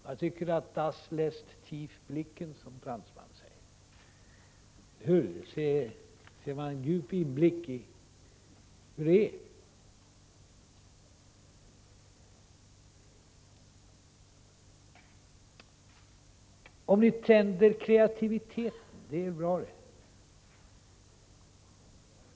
Das lässt tief blicken, som fransmannen säger. Där får man en djup inblick i hur det är. Ni stöder kreativiteten — det är bra.